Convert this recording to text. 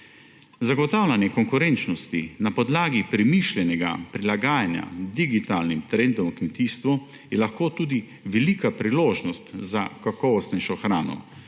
Zagotavljanje konkurenčnosti na podlagi premišljenega prilagajanja digitalnim trendom v kmetijstvu je lahko tudi velika priložnost za kakovostnejšo hrano,